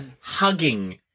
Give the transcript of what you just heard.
hugging